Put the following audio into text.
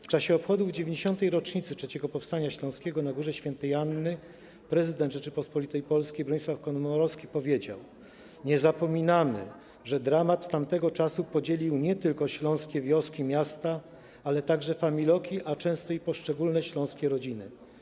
W czasie obchodów 90. rocznicy III powstania śląskiego na Górze Świętej Anny prezydent Rzeczypospolitej Polskiej Bronisław Komorowski powiedział: Nie zapominamy, że dramat tamtego czasu podzielił nie tylko śląskie wioski, miasta, ale także familoki, a często i poszczególne śląskie rodziny.